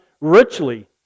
richly